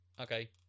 Okay